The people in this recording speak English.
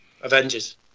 Avengers